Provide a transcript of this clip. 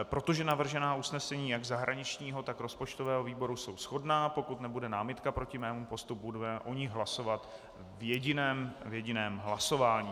Protože navržená usnesení jak zahraničního, tak rozpočtového výboru jsou shodná, pokud nebude námitka proti mému postupu, budeme o nich hlasovat v jediném hlasování.